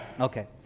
Okay